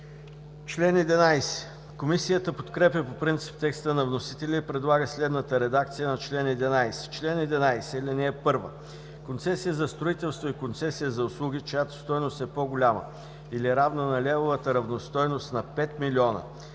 т. 1.“ Комисията подкрепя по принцип текста на вносителя и предлага следната редакция на чл. 11: „Чл. 11. (1) Концесия за строителство и концесия за услуги, чиято стойност е по-голяма или равна на левовата равностойност на 5 225